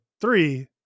three